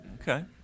Okay